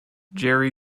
jerry